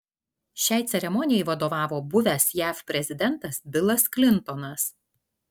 šiai ceremonijai vadovavo buvęs jav prezidentas bilas klintonas